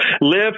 live